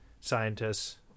scientists